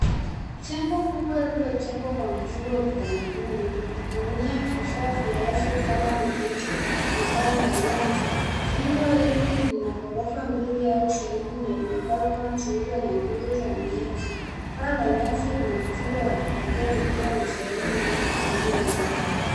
Jengo kubwa lililojengwa wa mtindo wa kitamaduni likitumia vifaa vya kama vya asili kama mianzi na paala nyasi. Jengo hili lina ghorofa mbili au sehemu na lina balconies zilizo na nguzo za mienzi. Paa la nyasi lina mtindo wa kipekee likiwa na sehemu nyingi zilizoinuka.